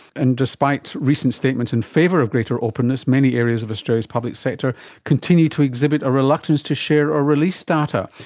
and despite recent statements in favour of greater openness, many areas of australia's public sector continue to exhibit a reluctance to share or release data.